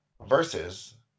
versus